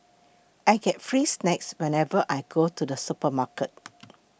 I get free snacks whenever I go to the supermarket